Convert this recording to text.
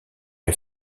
est